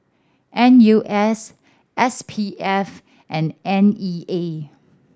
N U S S P F and N E A